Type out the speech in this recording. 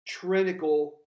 trinical